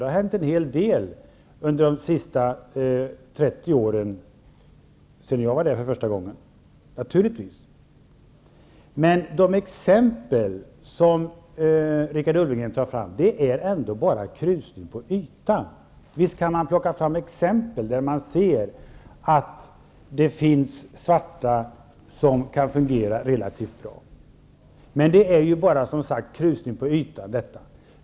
Det har hänt mycket under de senaste 30 åren sedan jag var där för första gången. Men de exempel som Richard Ulfvengren tog fram är ändå bara en krusning på ytan. Visst kan man plocka fram exempel som visar att det finns svarta som har det relativt bra. Men det är som sagt bara en krusning på ytan.